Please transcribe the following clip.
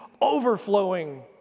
overflowing